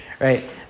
right